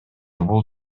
бул